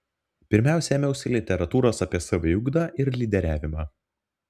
pirmiausia ėmiausi literatūros apie saviugdą ir lyderiavimą